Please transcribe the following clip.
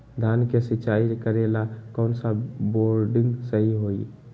धान के सिचाई करे ला कौन सा बोर्डिंग सही होई?